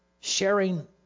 sharing